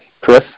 Chris